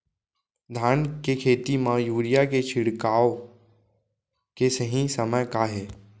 धान के खेती मा यूरिया के छिड़काओ के सही समय का हे?